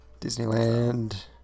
Disneyland